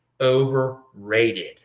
overrated